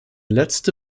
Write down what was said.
letzte